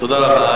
תודה רבה.